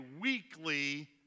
weekly